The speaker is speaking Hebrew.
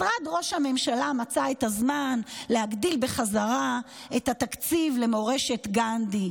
משרד ראש הממשלה מצא את הזמן להגדיל בחזרה את התקציב למורשת גנדי.